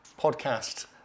podcast